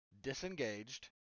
Disengaged